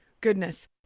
Goodness